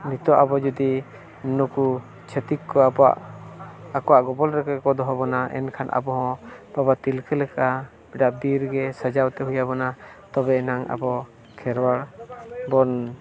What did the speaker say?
ᱱᱤᱛᱚᱜ ᱟᱵᱚ ᱡᱩᱫᱤ ᱱᱩᱠᱩ ᱪᱷᱟᱹᱛᱤᱠ ᱠᱚ ᱟᱠᱚᱣᱟᱜ ᱜᱚᱵᱚᱞ ᱨᱮᱜᱮ ᱠᱚ ᱫᱚᱦᱚ ᱵᱚᱱᱟ ᱮᱱᱠᱷᱟᱱ ᱟᱵᱚᱦᱚᱸ ᱵᱟᱵᱟ ᱛᱤᱞᱠᱟᱹ ᱞᱮᱠᱟ ᱡᱟᱹᱛᱤ ᱨᱮᱜᱮ ᱥᱟᱡᱟᱣᱛᱮ ᱦᱩᱭ ᱟᱵᱚᱱᱟ ᱛᱚᱵᱮᱭᱟᱱᱟ ᱟᱵᱚ ᱠᱷᱮᱨᱣᱟᱲ ᱵᱚᱱ